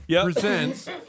presents